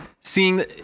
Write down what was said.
seeing